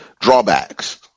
drawbacks